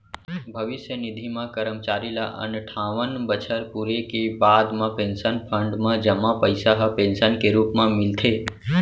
भविस्य निधि म करमचारी ल अनठावन बछर पूरे के बाद म पेंसन फंड म जमा पइसा ह पेंसन के रूप म मिलथे